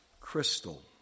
crystal